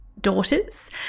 daughters